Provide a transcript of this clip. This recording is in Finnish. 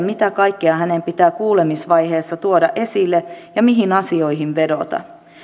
mitä kaikkea hänen pitää kuulemisvaiheessa tuoda esille ja mihin asioihin vedota